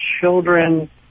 Children